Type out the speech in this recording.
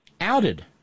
outed